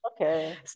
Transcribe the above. Okay